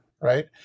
Right